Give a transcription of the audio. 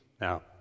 Now